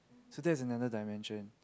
so that's another dimension